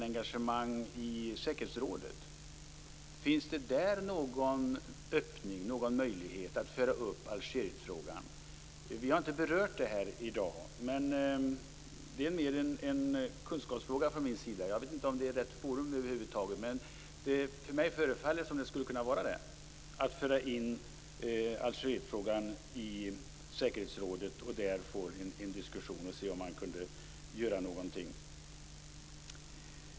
engagemang i säkerhetsrådet: Finns det någon möjlighet att föra upp Algerietfrågan där? Vi har inte berört det här i dag, men det är mer en kunskapsfråga från min sida. Jag vet inte om det är rätt forum över huvud taget, men det förefaller mig som om det skulle kunna vara det. Om Algerietfrågan förs in i säkerhetsrådet kan man där ha en diskussion för att se om man kan göra någonting.